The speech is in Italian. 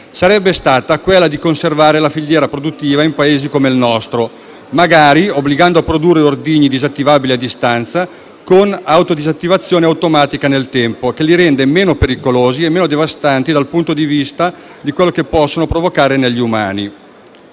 sarebbe stata quella di conservare la filiera produttiva in Paesi come il nostro, magari obbligando a produrre ordigni disattivabili a distanza, con auto disattivazione automatica nel tempo, che li renda meno pericolosi e meno devastanti dal punto di vista di ciò che possono provocare negli esseri